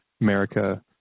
America